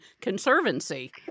Conservancy